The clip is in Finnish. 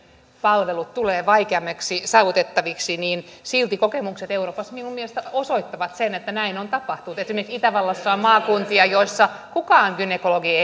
palvelut tulevat vaikeammin saavutettaviksi niin silti kokemukset euroopassa minun mielestäni osoittavat sen että näin on tapahtunut esimerkiksi itävallassa on maakuntia joissa kukaan gynekologi